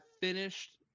finished